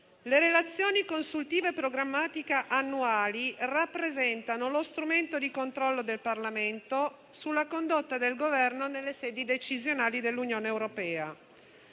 le Relazioni programmatica e consuntiva annuali rappresentano lo strumento di controllo del Parlamento sulla condotta del Governo nelle sedi decisionali dell'Unione europea.